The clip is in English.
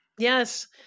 Yes